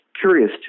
curious